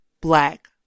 black